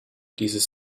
dieses